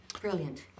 Brilliant